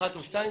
אחת או שתיים,